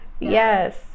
Yes